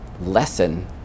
lesson